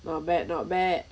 not bad not bad